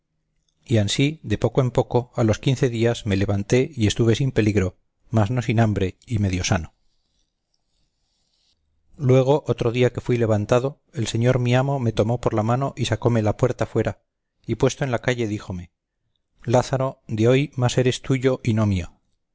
y ansí de poco en poco a los quince días me levanté y estuve sin peligro mas no sin hambre y medio sano luego otro día que fui levantado el señor mi amo me tomó por la mano y sacóme la puerta fuera y puesto en la calle díjome lázaro de hoy más eres tuyo y no mío